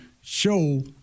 show